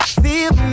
feel